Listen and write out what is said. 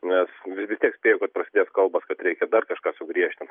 nes nu vis tiek spėju kad prasidės kalbos kad reikia dar kažką sugriežtint